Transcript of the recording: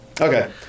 Okay